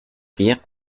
prières